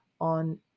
on